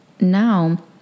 now